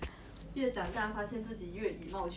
I know 很多人会说他的坏话